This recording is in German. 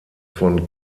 von